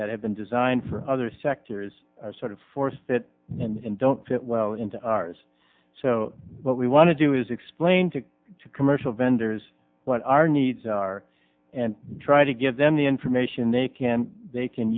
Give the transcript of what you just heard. that have been designed for other sectors are sort of forced it and don't fit well into ours so what we want to do is explain to a commercial vendors what our needs are and try to give them the information they can they can